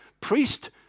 priest